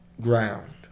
ground